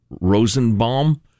rosenbaum